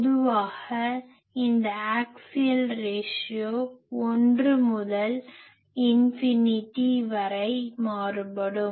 பொதுவாக இந்த axial ratio 1 முதல் இன்ஃபினிடி infinity முடிவிலி வரை மாறுபடும்